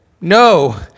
no